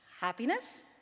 happiness